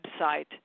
website